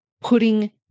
putting